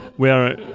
where,